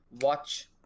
Watch